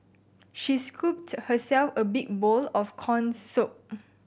she scooped herself a big bowl of corn soup